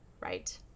right